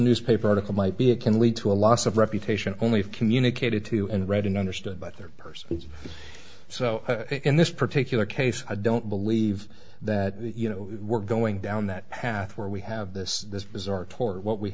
newspaper article might be it can lead to a loss of reputation only if communicated to and read and understood by their persons so in this particular case i don't believe that you know we're going down that path where we have this this bizarre toward what we